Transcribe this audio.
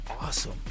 Awesome